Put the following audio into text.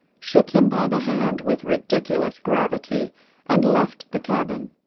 shook him by the hand with ridiculous gravity, and left the cabin.